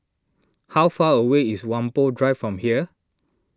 how far away is Whampoa Drive from here